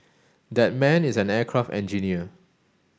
that man is an aircraft engineer